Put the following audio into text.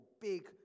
big